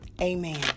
amen